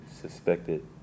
suspected